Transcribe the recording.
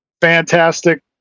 fantastic